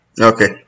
okay